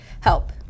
Help